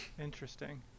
interesting